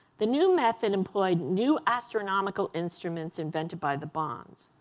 the new method employed new astronomical instruments invented by the bonds.